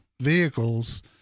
vehicles